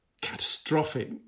catastrophic